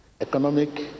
Economic